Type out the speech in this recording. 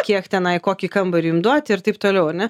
kiek tenai kokį kambarį jum duoti ir taip toliau ar ne